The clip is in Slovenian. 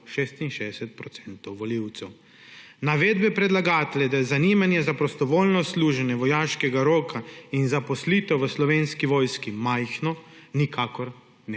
66 % volivcev. Navedbe predlagatelja, da je zanimanje za prostovoljno služenje vojaškega roka in za zaposlitev v Slovenski vojski majhno, nikakor ne